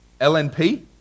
LNP